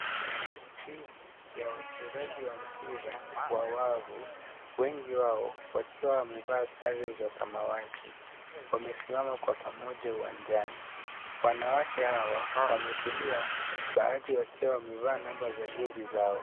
Timu ya wachezaji wa mpira wa wavu, wengi wao wakiwa wamevaa sare za samawati wamesimama kwa pamoja uwanjani. Wanawake hawa wametulia baadhi wakia wamevaa namba za jezi zao.